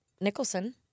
Nicholson